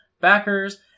backers